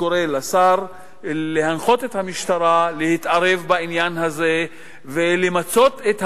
לכן אני קורא לשר להנחות את המשטרה להתערב בעניין הזה ולמצות את הדין,